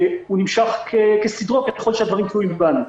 כל זה נמשך כסדרו ככל שהדברים תלויים בנו.